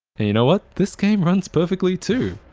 and you know what? this game runs perfectly too.